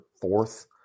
fourth